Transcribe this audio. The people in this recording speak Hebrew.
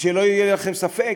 שלא יהיה לכם ספק,